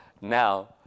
now